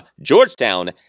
Georgetown